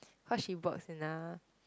cause she works in a